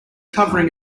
covering